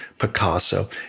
Picasso